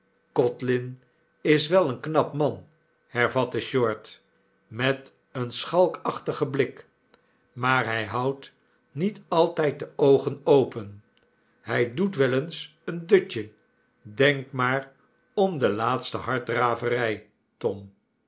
codlin is wel een knap man hervatte short met een schalkachtigen blik maar hij houdt niet altiid de oogen open hij doetwel eens een dutje denk maar om de laatste harddraverij tom